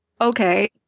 Okay